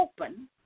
open